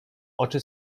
oczy